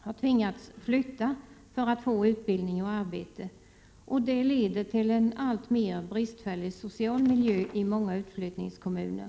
har tvingats flytta för att få utbildning och arbete. Det leder till en alltmer bristfällig social miljö i många utflyttningskommuner.